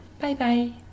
Bye-bye